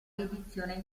edizione